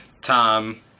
Tom